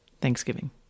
Thanksgiving